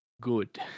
Good